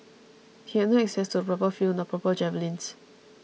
he had no access to a proper field nor proper javelins